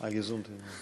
א געזונטע ווינטער.